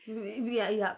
we are yup